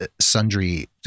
sundry